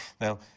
Now